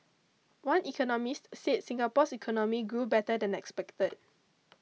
one economist said Singapore's economy grew better than expected